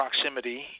proximity